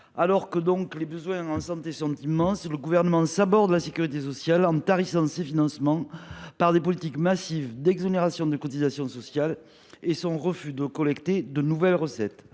Alors que les besoins en santé sont immenses, le Gouvernement saborde la sécurité sociale en tarissant ses financements par des politiques massives d’exonération de cotisations sociales et en refusant de collecter de nouvelles recettes.